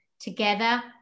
together